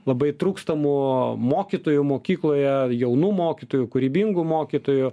labai trūkstamų mokytojų mokykloje jaunų mokytojų kūrybingų mokytojų